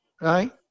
Right